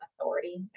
authority